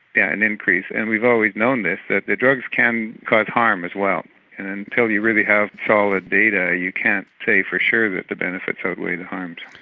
yeah an increase and we've always known this that the drugs can cause harm as well and until you really have solid data you can't say for sure that the benefits outweigh the harms.